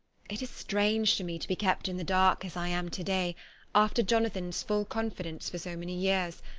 it is strange to me to be kept in the dark as i am to-day after jonathan's full confidence for so many years,